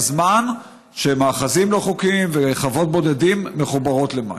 בזמן שמאחזים לא חוקיים וחוות בודדים מחוברות למים?